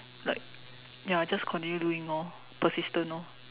like ya just continue doing lor persistent orh